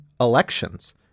elections